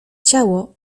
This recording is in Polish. ciało